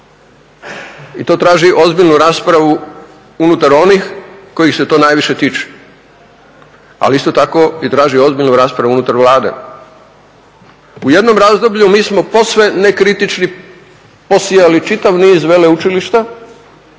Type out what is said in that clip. i to traži ozbiljnu raspravu unutar onih kojih se to najviše tiče, ali isto tako i traži ozbiljnu raspravu unutar Vlade. U jednom razdoblju mi smo posve nekritični posijali čitav niz veleučilišta